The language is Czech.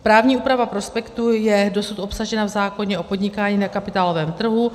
Právní úprava prospektu je dosud obsažena v zákoně o podnikání na kapitálovém trhu.